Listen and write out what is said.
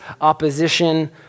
opposition